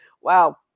Wow